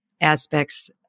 aspects